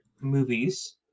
movies